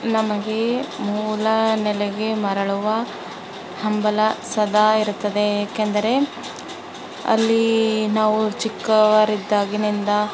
ನಮಗೆ ಮೂಲ ನೆಲೆಗೆ ಮರಳುವ ಹಂಬಲ ಸದಾಯಿರುತ್ತದೆ ಏಕೆಂದರೆ ಅಲ್ಲಿ ನಾವು ಚಿಕ್ಕವರಿದ್ದಾಗಿನಿಂದ